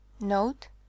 Note